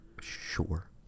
Sure